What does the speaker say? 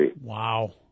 Wow